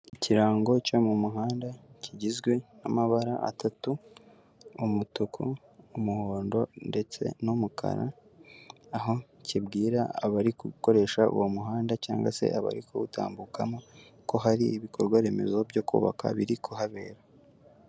Ikirango cyo mu muhanda kigizwe n'amabara atatu umutuku, umuhondo ndetse n'umukara, aho kibwira abari gukoresha uwo muhanda cyangwa se abari kuwutambukamo ko hari ibikorwa remezo byo kubaka biri kuhabera.